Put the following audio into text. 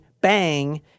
bang